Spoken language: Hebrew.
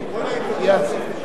(קוראת בשמות חברי הכנסת) נינו אבסדזה,